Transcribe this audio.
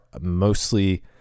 mostly